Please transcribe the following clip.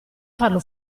farlo